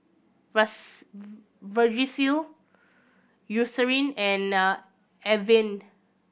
vagisil Eucerin and Avene